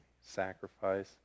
sacrifice